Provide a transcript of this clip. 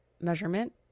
measurement